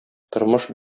тормыш